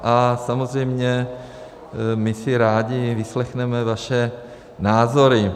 A samozřejmě my si rádi vyslechneme vaše názory.